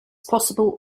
possible